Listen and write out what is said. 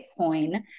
Bitcoin